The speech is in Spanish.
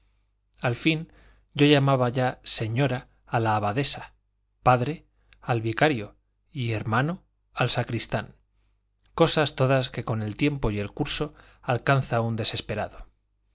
al fin yo llamaba ya señora a la abadesa padre al vicario y hermano al sacristán cosas todas que con el tiempo y el curso alcanza un desesperado